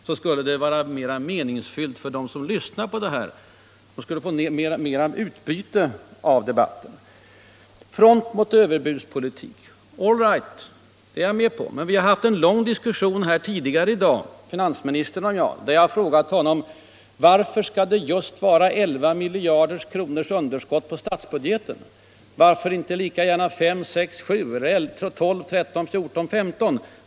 Det skulle vara meningsfyllt för dem som lyssnar. Då skulle de få mera utbyte av debatten. ”Front mot överbudspolitik” — all right, det är jag med på. Men vi har haft en lång diskussion tidigare i dag, finansministern och jag, där jag har frågat honom: Varför skall det just vara 11 miljarder kronors underskott i statsbudgeten? Varför inte lika gärna 5, 6, 7 eller 12, 13, 14,15?